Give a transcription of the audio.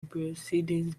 proceedings